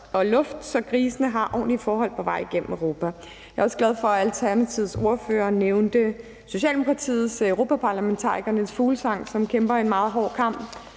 og luft, så grisene har ordentlige forhold på vej gennem Europa. Jeg er også glad for, at Alternativets ordfører nævnte Socialdemokratiets europaparlamentariker Niels Fuglsang, som har kæmpet en meget hård kamp